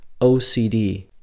OCD